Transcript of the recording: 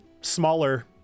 smaller